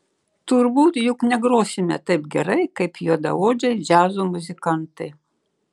turbūt juk negrosime taip gerai kaip juodaodžiai džiazo muzikantai